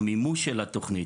המימוש של התוכנית,